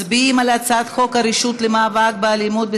מצביעים על הצעת חוק הרשות למאבק באלימות,